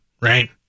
right